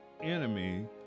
enemy